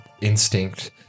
instinct